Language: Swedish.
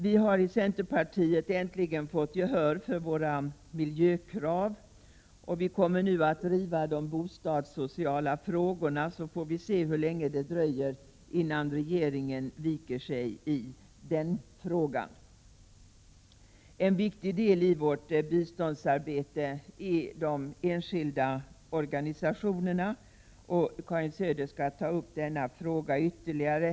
Vi har i centerpartiet äntligen fått gehör för våra miljökrav, och vi kommer nu att driva de bostadssociala frågorna. Vi får se hur länge det dröjer, innan regeringen viker sig i den frågan, som man gjorde med miljömålet. En viktig del i vårt biståndsarbete utgör de enskilda organisationerna. Karin Söder skall senare ta upp denna fråga ytterligare.